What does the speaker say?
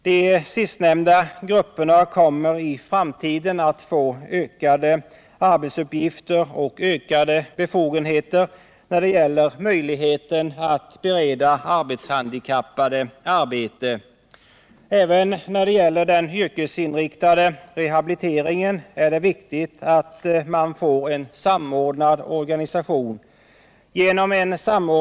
De sistnämnda grupperna kommer i framtiden att få ökade arbetsuppgifter och ökade befogenheter när det gäller möjligheten att bereda arbetshandikappade arbete. Även i fråga om den yrkesinriktade rehabiliteringen är det viktigt att man får en samordnad organisation.